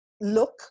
look